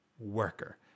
worker